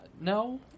no